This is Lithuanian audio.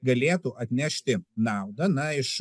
galėtų atnešti naudą na iš